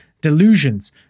delusions